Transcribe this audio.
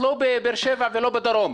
את לא בבאר שבע ולא בדרום.